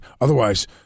Otherwise